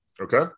Okay